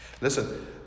Listen